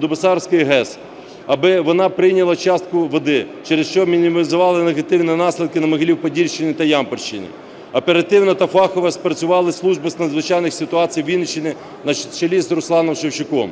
Дубоссарської ГЕС, аби вона прийняла частку води, через що мінімізували негативні наслідки на Могилів-Подільщині та Ямпільщині. Оперативно та фахово спрацювали служби з надзвичайних ситуацій Вінниччини на чолі з Русланом Шевчуком.